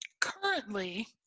currently